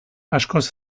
askoz